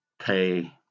pay